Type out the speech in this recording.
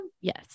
Yes